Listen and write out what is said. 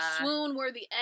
swoon-worthy